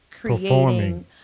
creating